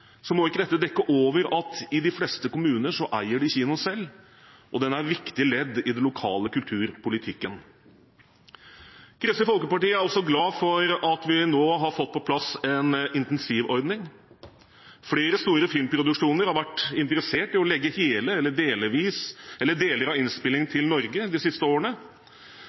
må ikke dette dekke over at i de fleste kommuner eier man kinoen selv, og den er et viktig ledd i den lokale kulturpolitikken. Kristelig Folkeparti er også glad for at vi nå har fått på plass en intensivordning. Flere store filmproduksjoner har vært interessert i å legge hele eller deler av innspillingen til Norge de siste årene,